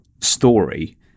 story